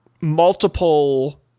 multiple